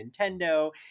Nintendo